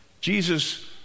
jesus